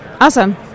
Awesome